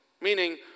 Meaning